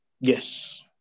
Yes